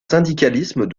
syndicalisme